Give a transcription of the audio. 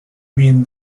been